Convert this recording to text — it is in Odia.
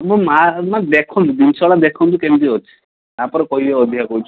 ମୁଁ ଦେଖନ୍ତୁ ଜିନିଷଟା ଦେଖନ୍ତୁ କେମିତି ଅଛି ତାପରେ କହିବେ ଅଧିକା କହୁଛି